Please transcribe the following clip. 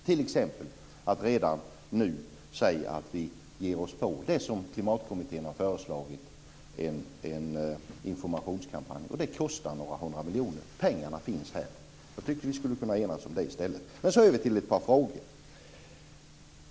T.ex. kan vi redan nu säga att vi ger oss på det som Klimatkommittén har föreslagit, en informationskampanj. Det kostar några hundra miljoner. Pengarna finns här. Jag tycker att vi skulle kunna enas om det i stället. Jag går så över till ett par andra frågor.